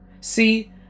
See